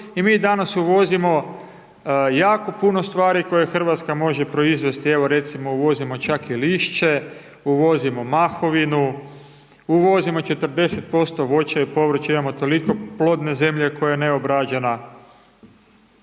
i mi danas uvozimo jako puno stvari koje Hrvatska može proizvesti, evo recimo uvozimo čak i lišće, uvozimo mahovinu, uvozimo 40% voća i povrća, imamo toliko plodne zemlje koja je neobrađena.